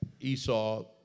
Esau